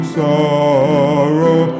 sorrow